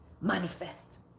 manifest